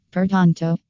Pertanto